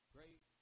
Great